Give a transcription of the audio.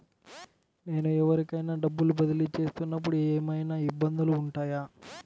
నేను ఎవరికైనా డబ్బులు బదిలీ చేస్తునపుడు ఏమయినా ఇబ్బందులు వుంటాయా?